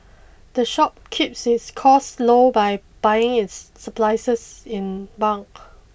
the shop keeps its costs low by buying its supplies in bulk